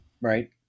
Right